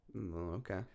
okay